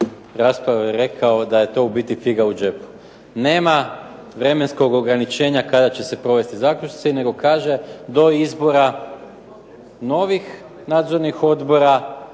rasprave rekao da je to u biti figa u džepu. Nema vremenskog ograničenja kada će se provesti zaključci, nego kaže do izbora novih nadzornih odbora,